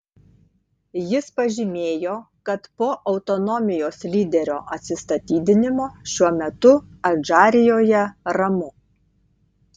jis pažymėjo kad po autonomijos lyderio atsistatydinimo šiuo metu adžarijoje ramu